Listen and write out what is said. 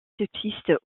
subsistent